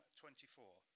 24